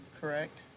Correct